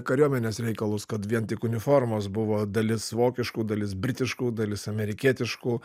kariuomenės reikalus kad vien tik uniformos buvo dalis vokiškų dalis britiškų dalis amerikietiškų